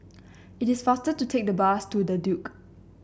it is faster to take the bus to The Duke